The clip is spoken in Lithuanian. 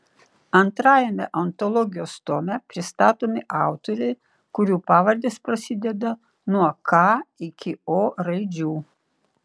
antrajame antologijos tome pristatomi autoriai kurių pavardės prasideda nuo k iki o raidžių